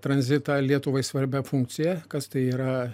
tranzitą lietuvai svarbia funkcija kas tai yra